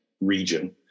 region